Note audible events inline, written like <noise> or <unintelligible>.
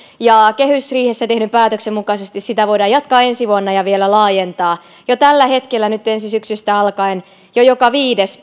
ja kehysriihessä tehdyn päätöksen mukaisesti sitä voidaan jatkaa ensi vuonna ja vielä laajentaa jo tällä hetkellä ja ensi syksystä alkaen jo joka viides <unintelligible>